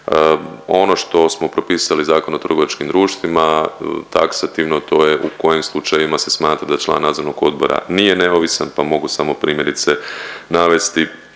Ono što smo propisali Zakon o trgovačkim društvima taksativno to je u kojim slučajevima se smatra da član nadzornog odbora nije neovisan, pa mogu samo primjerice navesti